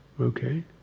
okay